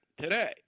today